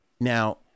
now